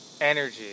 energy